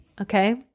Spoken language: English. Okay